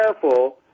careful